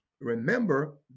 remember